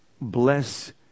Bless